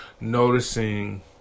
noticing